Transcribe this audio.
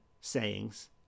sayings